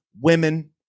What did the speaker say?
women